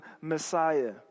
Messiah